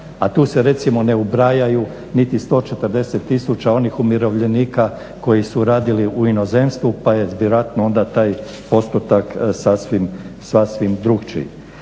A tu se recimo ne ubrajaju niti 140 tisuća onih umirovljenika koji su radili u inozemstvu pa je vjerojatno onda taj postotak sasvim drukčiji.